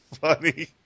funny